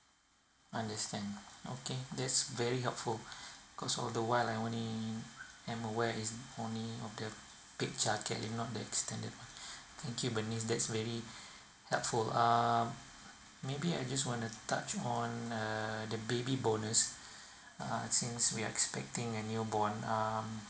understand okay that's very helpful cause all the while I only am aware is only the paid childcare and not the extended thank you bernice that's very helpful um maybe I just want to touch on um the baby bonus uh since we are expecting a new born um